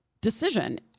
decision